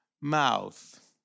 mouth